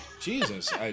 Jesus